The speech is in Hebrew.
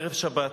ערב שבת,